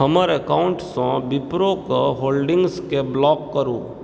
हमर अकाउन्टसँ विप्रोके होल्डिंग्सके ब्लॉक करू